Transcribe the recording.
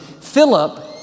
Philip